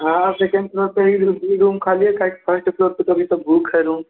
हाँ second floor पर ही दो तीन रूम ख़ाली है थर्ड फ़र्स्ट फ़्लोर पर तो अभी सब बुक है रूम